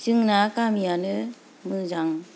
जोंना गामियानो मोजां